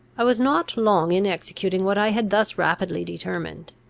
i was not long in executing what i had thus rapidly determined.